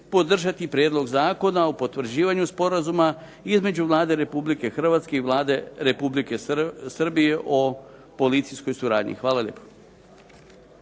podržati prijedlog Zakona o potvrđivanju sporazuma između Vlade Republike Hrvatske i Vlade Republike Srbije o policijskoj suradnji. Hvala lijepa.